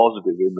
positive